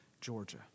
Georgia